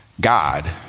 God